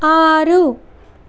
ఆరు